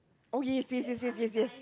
oh yes yes yes yes yes